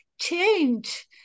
change